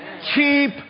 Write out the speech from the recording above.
keep